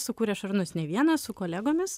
sukūrė šarūnas ne vienas su kolegomis